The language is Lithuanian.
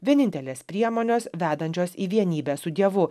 vienintelės priemonės vedančios į vienybę su dievu